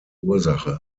ursache